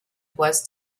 was